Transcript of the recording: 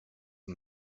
and